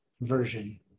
version